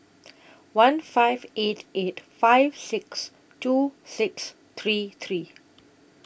one five eight eight five six two six three three